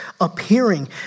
appearing